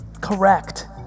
Correct